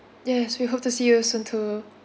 yes we hope to see you soon too